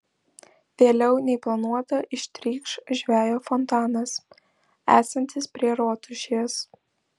vėliau nei planuota ištrykš žvejo fontanas esantis prie rotušės